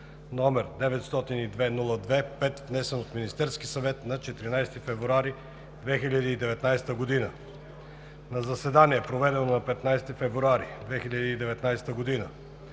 № 902-02-5, внесен от Министерския съвет на 14 февруари 2019 г. На заседание, проведено на 15 февруари 2019 г.,